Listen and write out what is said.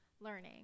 learning